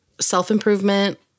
self-improvement